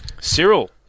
Cyril